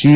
G